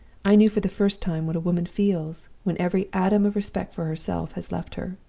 i knew for the first time what a woman feels when every atom of respect for herself has left her.